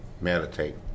Meditate